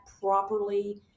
properly